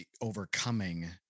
overcoming